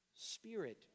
spirit